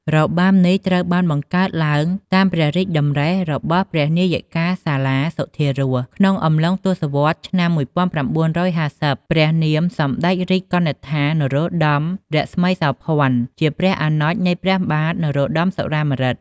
របាំនេះត្រូវបានបង្កើតឡើងតាមព្រះរាជតម្រិះរបស់ព្រះនាយិកាសាលាសុធារស ក្នុងអំឡុងទសវត្សរ៍ឆ្នាំ១៩៥០ ព្រះនាម «សម្តេចព្រះរាជកនិដ្ឋា នរោត្តម រស្មីសោភ័ណ្ឌ» ជាព្រះអនុជនៃព្រះបាទនរោត្តម សុរាម្រឹត។